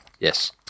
Yes